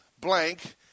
blank